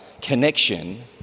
connection